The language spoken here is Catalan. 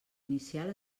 inicial